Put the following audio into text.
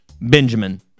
Benjamin